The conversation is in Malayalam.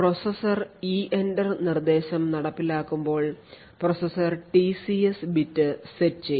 പ്രോസസർ EENTER നിർദ്ദേശം നടപ്പിലാക്കുമ്പോൾ പ്രോസസർ ടിസിഎസ് ബിറ്റ് set ചെയ്യും